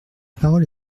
parole